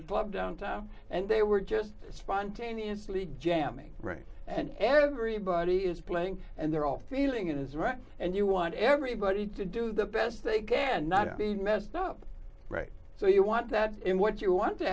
club downtown and they were just spontaneously jamming right and everybody is playing and they're all feeling it is right and you want everybody to do the best they can not be messed up so you want that in what you want to